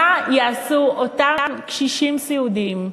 מה יעשו אותם קשישים סיעודיים?